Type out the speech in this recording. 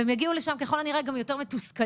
והם יגיעו לשם ככל הנראה גם יותר מתוסכלים,